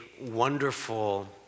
wonderful